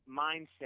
mindset